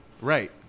Right